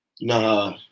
nah